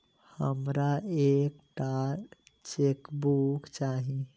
हमरा एक टा चेकबुक चाहि